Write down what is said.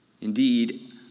Indeed